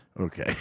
Okay